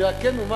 אני רק אומר,